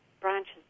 branches